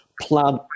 plan